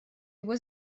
его